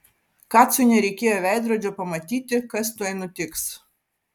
kacui nereikėjo veidrodžio pamatyti kas tuoj nutiks